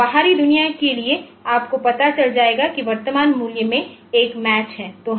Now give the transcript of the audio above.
तो बाहरी दुनिया के लिए आपको पता चल जाएगा कि वर्तमान मूल्य में एक मैच है